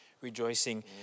rejoicing